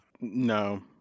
No